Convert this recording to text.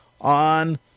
on